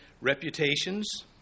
reputations